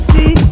See